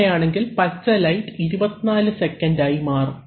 അങ്ങനെയാണെങ്കിൽ പച്ച light 24 second ആയി മാറും